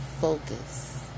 focus